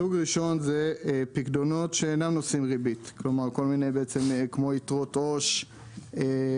סוג ראשון זה פיקדונות שאינם נושאים ריבית כמו יתרות עו"ש ומוצרים